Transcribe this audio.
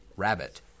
Rabbit